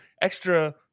Extra